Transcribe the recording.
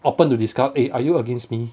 open to discuss eh are you against me